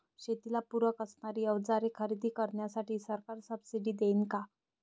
शेतीला पूरक असणारी अवजारे खरेदी करण्यासाठी सरकार सब्सिडी देईन का?